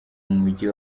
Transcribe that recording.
mujyi